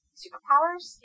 superpowers